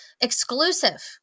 Exclusive